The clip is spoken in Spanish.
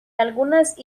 algunas